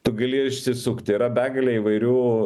tu gali išsisukti yra begalė įvairių